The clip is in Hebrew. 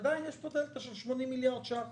עדיין יש פה דלתא של 80 מיליארד ש"ח.